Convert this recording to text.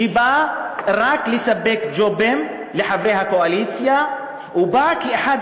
שבא רק לספק ג'ובים לחברי הקואליציה ובא כאחד